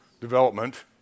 development